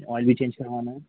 oil भी change करवाना है